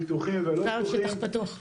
פתוחים ולא פתוחים,